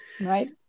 right